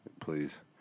please